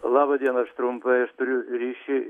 laba diena aš trumpai ir turiu ryšį